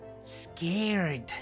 scared